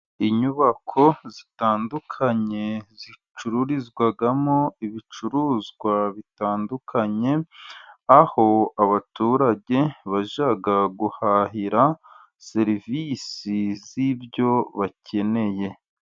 Inyubako zitandukanye zicururizwamo ibicuruzwa bitandukanye, aho abaturage bajya guhahira serivisi z' ibyo bakeneye.